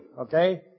Okay